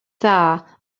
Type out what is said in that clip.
dda